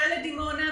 שמגיעה לדימונה,